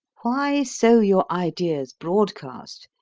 why sow your ideas broadcast,